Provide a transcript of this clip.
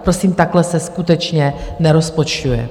Prosím, takhle se skutečně nerozpočtuje.